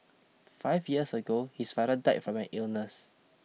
five years ago his father died from an illness